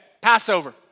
Passover